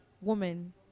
woman